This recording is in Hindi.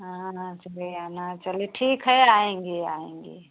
हाँ हाँ ले आना चलो ठीक है आएँगे आएँगे